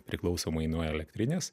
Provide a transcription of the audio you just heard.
priklausomai nuo elektrinės